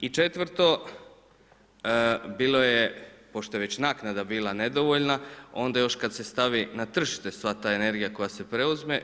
I četvrto, bilo je pošto je već naknada bila nedovoljna onda još kad se stavi na tržište sva ta energija